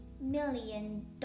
million